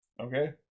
Okay